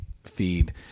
Feed